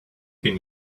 can